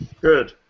Good